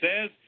says